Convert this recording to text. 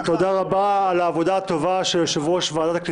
אין בקשת יושב-ראש ועדת העלייה,